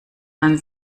man